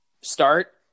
start